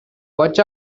watch